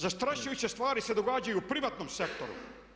Zastrašujuće stvari se događaju u privatnom sektoru.